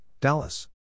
Dallas